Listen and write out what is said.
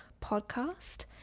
podcast